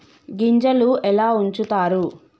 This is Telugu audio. గింజలు ఎలా ఉంచుతారు?